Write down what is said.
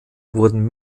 wurden